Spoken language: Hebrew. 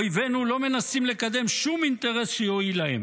אויבינו לא מנסים לקדם שום אינטרס שיועיל להם.